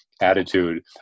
Attitude